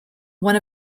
one